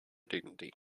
dignity